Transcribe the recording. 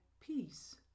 peace